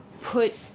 put